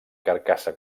carcassa